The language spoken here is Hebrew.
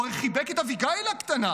הוא הרי חיבק את אביגיל הקטנה,